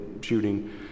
shooting